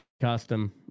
custom